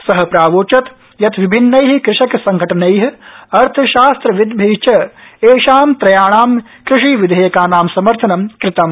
स प्रावोचत् यत् विभिन्नै कृषक संघटनै अर्थशास्त्र विद्धि च एषां त्रयाणां कृषि विधेयकानां समर्थनं कृतम्